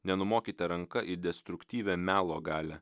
nenumokite ranka į destruktyvią melo galią